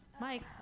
Mike